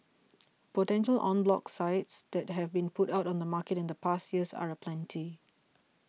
potential en bloc sites that have been put on the market in the past year are aplenty